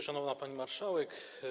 Szanowna Pani Marszałek!